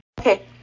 Okay